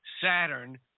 Saturn